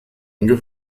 ihnen